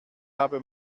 habe